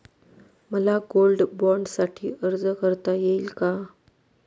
मला गोल्ड बाँडसाठी अर्ज करता येईल का?